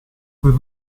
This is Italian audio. per